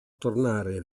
tornare